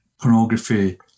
pornography